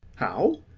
how!